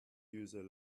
user